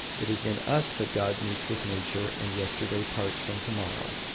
it is in us that god meets with nature, and yesterday parts from to-morrow.